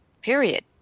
period